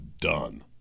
done